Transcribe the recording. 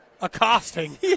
accosting